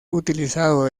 utilizado